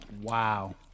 Wow